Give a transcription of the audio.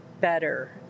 better